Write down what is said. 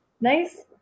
nice